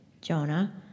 Jonah